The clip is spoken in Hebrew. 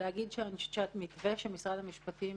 המתווה שמשרד המשפטים